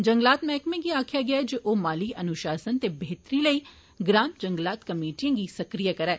जंगलात मैहकमे गी आखेआ गेआ ऐ जे ओह माली अन्शासन ते बेहतरी लेई ग्राम जंगलात कमेटिएं गी सक्रिय करै